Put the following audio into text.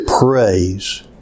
praise